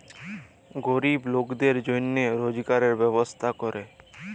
গরিব লকদের জনহে রজগারের ব্যবস্থা ক্যরে